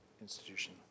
institution